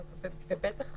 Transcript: ב-(ב1)